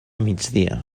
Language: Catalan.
migdia